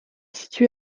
situé